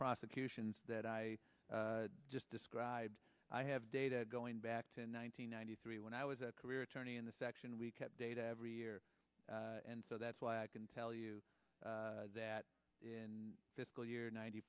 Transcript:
prosecutions that i just described i have data going back to nine hundred ninety three when i was a career attorney in the section we kept data every year and so that's why i can tell you that in fiscal year ninety